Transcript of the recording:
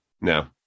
No